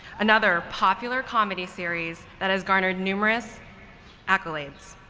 another popular comedy series that has garnered numerous accolades.